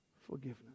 Forgiveness